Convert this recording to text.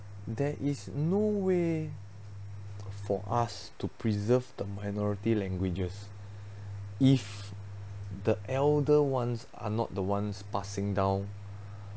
there is no way for us to preserve the minority languages if the elder ones are not the ones passing down